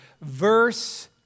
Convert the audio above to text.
verse